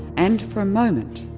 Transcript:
and for a moment,